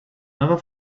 never